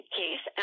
case